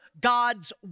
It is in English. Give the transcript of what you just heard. God's